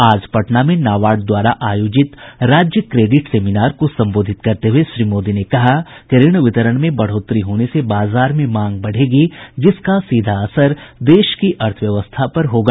आज पटना में नाबार्ड द्वारा आयोजित राज्य क्रेडिट सेमिनार को संबोधित करते हुये श्री मोदी ने कहा कि ऋण वितरण में बढ़ोतरी होने से बाजार में मांग बढ़ेगी जिसका सीधा असर देश की अर्थव्यवस्था पर होगा